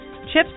chips